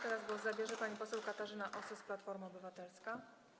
Teraz głos zabierze pani poseł Katarzyna Osos, Platforma Obywatelska.